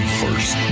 first